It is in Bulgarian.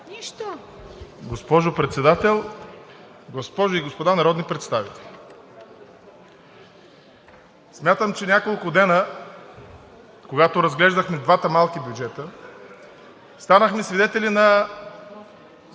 (ДПС): Госпожо Председател, госпожи и господа народни представители! Смятам, че за няколко дена, когато разглеждахме двата малки бюджета, станахме свидетели на